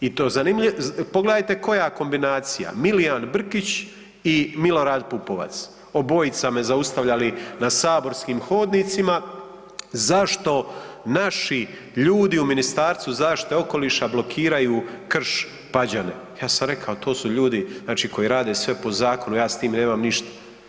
I to, pogledajte koja kombinacija Milijan Brkić i Milorad Pupovac obojica me zaustavljali na saborskim hodnicima zašto naši ljudi u Ministarstvu zaštite okoliša blokiraju Krš Pađane, ja sam rekao to su ljudi znači koji rade sve po zakonu, ja s tim nemam ništa.